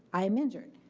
i am injured.